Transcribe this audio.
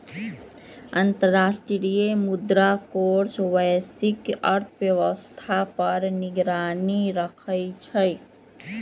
अंतर्राष्ट्रीय मुद्रा कोष वैश्विक अर्थव्यवस्था पर निगरानी रखइ छइ